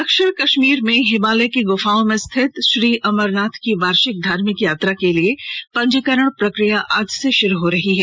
दक्षिण कश्मीर में हिमालय की गुफाओं में स्थित श्री अमरनाथ की वार्षिक धार्मिक यात्रा के लिए पंजीकरण प्रक्रिया आज से शुरू हो रही है